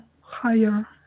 higher